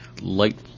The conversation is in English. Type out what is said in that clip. light